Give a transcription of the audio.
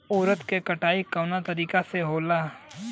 उरद के कटाई कवना तरीका से होला?